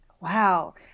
wow